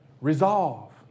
Resolve